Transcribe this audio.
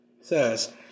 says